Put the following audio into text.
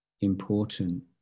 important